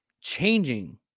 changing